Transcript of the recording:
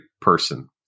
person